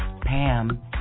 Pam